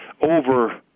over –